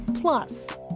Plus